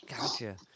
Gotcha